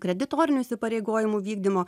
kreditorinių įsipareigojimų vykdymo